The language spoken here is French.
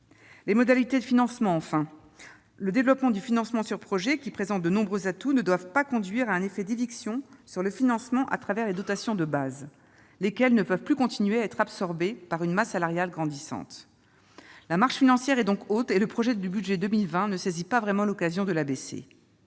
les modalités de financement. Le développement du financement sur projets, qui présente de nombreux atouts, ne doit pas conduire à un effet d'éviction sur le financement à travers les dotations « de base », lesquelles ne peuvent plus continuer à être absorbées par une masse salariale grandissante. La marche financière est donc haute, et le projet de budget pour 2020 ne permettra pas véritablement de l'abaisser.